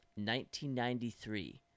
1993